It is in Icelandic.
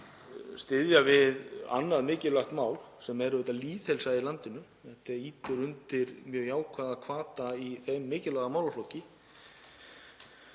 styðja við annað mikilvægt mál sem er lýðheilsa í landinu. Þetta ýtir undir mjög jákvæða hvata í þeim mikilvæga málaflokki